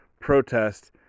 protest